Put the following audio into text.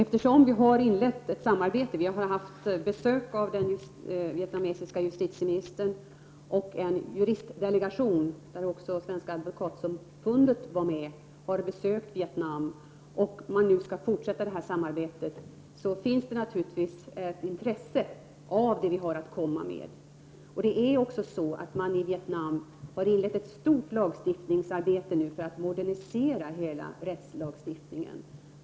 Fru talman! Vi har haft besök av den vietnamesiske justitieministern och en juristdelegation, i vilken även Svenska Advokatsamfundet var representerat, har besökt Vietnam. Det har således inletts ett samarbete som nu skall fortsätta. Det finns alltså ett intresse av det som vi har att komma med. Man har också i Vietnam påbörjat ett stort lagstiftningsarbete för att modernisera rättssystemet.